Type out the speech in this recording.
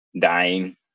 dying